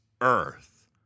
earth